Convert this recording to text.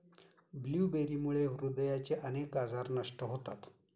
ब्लूबेरीमुळे हृदयाचे अनेक आजार नष्ट होतात